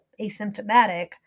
asymptomatic